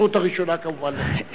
הזכות הראשונה היא כמובן לך.